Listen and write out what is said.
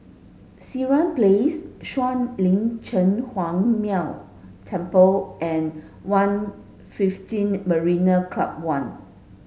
Sireh Place Shuang Lin Cheng Huang Temple and One fifteen Marina Club One